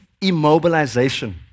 immobilization